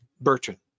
Bertrand